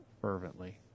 fervently